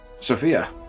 Sophia